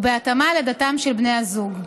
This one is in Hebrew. ובהתאמה לדתם של בני הזוג.